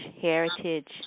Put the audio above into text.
heritage